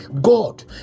God